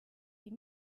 die